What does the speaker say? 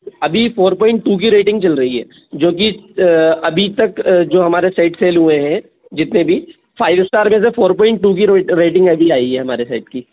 अभी four point two की rating चल रही है जो कि अभी तक जो हमारे सेट सेल हुए हैं जितने भी फाइव स्टार में से फोर पॉइंट टू की रेटिंग अभी आयी है हमारे सेट की